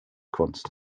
kunst